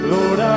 Lord